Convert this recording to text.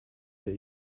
der